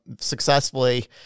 successfully